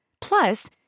Plus